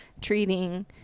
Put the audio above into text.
treating